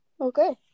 Okay